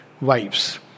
wives